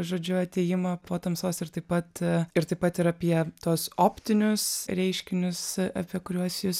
žodžiu atėjimą po tamsos ir taip pat ir taip pat ir apie tuos optinius reiškinius apie kuriuos jūs